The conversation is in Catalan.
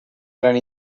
gran